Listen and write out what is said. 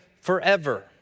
forever